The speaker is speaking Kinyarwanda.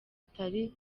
atari